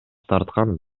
тарткан